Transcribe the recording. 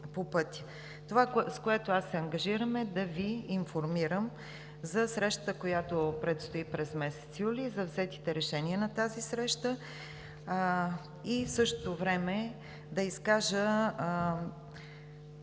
Това, с което аз се ангажирам, е да Ви информирам за срещата, която предстои през месец юли, за взетите решения на тази среща. И в същото време да изкажа